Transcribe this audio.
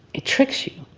it tricks you.